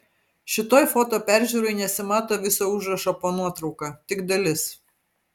šitoj foto peržiūroj nesimato viso užrašo po nuotrauka tik dalis